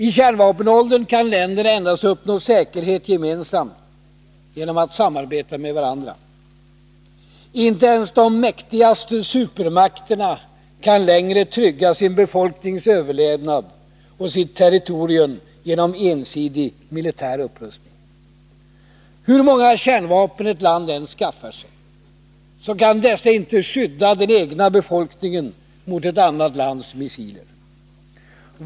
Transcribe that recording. I kärnvapenåldern kan länderna endast uppnå säkerhet gemensamt, genom att samarbeta med varandra. Inte ens de mäktigaste supermakterna kan längre trygga sin befolknings överlevnad och sitt territorium genom ensidig militär upprustning. Hur många kärnvapen ett land än skaffar sig kan dessa inte skydda den egna befolkningen mot ett annat lands missiler.